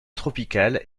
tropicales